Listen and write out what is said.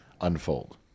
unfold